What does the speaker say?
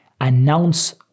Announce